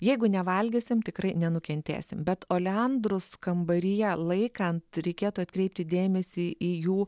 jeigu nevalgysim tikrai nenukentėsim bet oleandrus kambaryje laikant reikėtų atkreipti dėmesį į jų